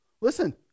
Listen